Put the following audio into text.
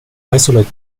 isolate